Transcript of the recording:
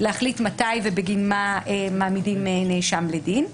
להחליט מתי ובגין מה מעמידים נאשם לדין.